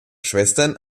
schwestern